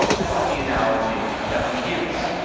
this is the analogy that we use.